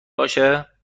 باشه